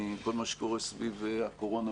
להבטיח ששתי המערכות יעשו את המעבר ביניהן בצורה נכונה,